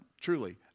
truly